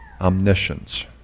omniscience